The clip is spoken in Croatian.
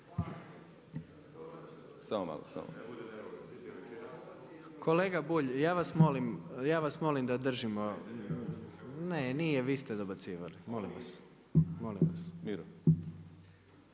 Gordan (HDZ)** Kolega Bulj, ja vas molim da se držimo. Ne nije, vi ste dobacivali molim vas.